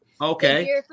Okay